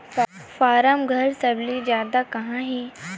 form घर सबले जादा कहां हे